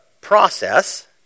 process